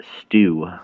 Stew